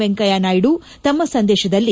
ವೆಂಕಯ್ಯ ನಾಯ್ದು ತಮ್ಮ ಸಂದೇಶದಲ್ಲಿ